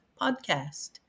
podcast